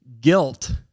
guilt